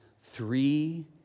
three